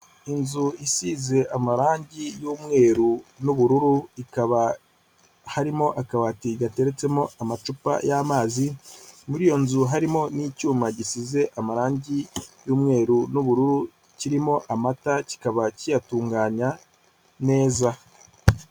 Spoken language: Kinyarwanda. Inzu isize amarangi y'umweru n'ubururu ikaba harimo akabati gateretsemo amacupa y'amazi, muri iyo nzu harimo n'icyuma gisize amarangi y'umweru n'ubururu kirimo amata kikaba kiyatunganya neza.